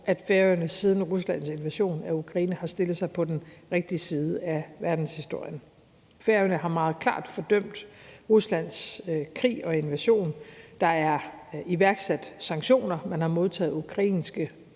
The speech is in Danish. at Færøerne siden Ruslands invasion af Ukraine har stillet sig på den rigtige side af verdenshistorien. Færøerne har meget klart fordømt Ruslands krig og invasion, der er iværksat sanktioner, man har modtaget ukrainske